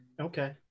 Okay